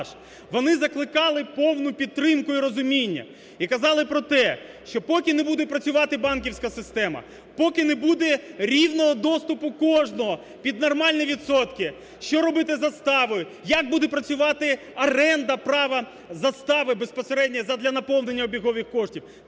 Вони закликали повну підтримку і розуміння і казали про те, що поки не буде працювати банківська система, поки не буде рівного доступу кожного під нормальні відсотки, що робити з заставою, як буде працювати оренда права застави безпосередньо задля наповнення обігових коштів.